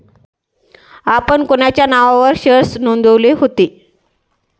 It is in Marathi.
आपण कोणाच्या नावावर शेअर्स नोंदविले होते?